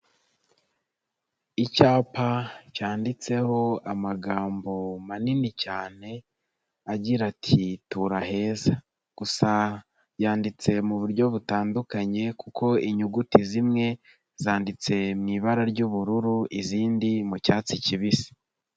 Icyapa cyanditseho amagambo manini cyane agira ati: "Tura heza" gusa yanditse mu buryo butandukanye kuko inyuguti zimwe zanditse mu ibara ry'ubururu izindi mu cyatsi kibisi.